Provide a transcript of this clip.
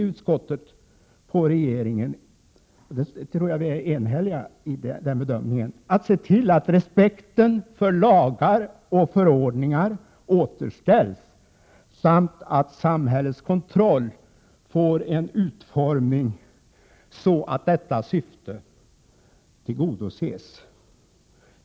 Utskottet säger ju att det ankommer på regeringen att se till att respekten för lagar och förordningar återställs samt att samhällets kontroll får en sådan utformning att detta syfte tillgodoses. Jag tror att vi i utskottet är eniga i den bedömningen.